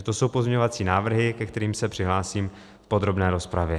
To jsou pozměňovací návrhy, ke kterým se přihlásím v podrobné rozpravě.